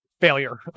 Failure